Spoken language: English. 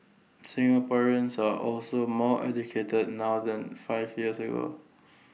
Singaporeans are also more educated now than five years ago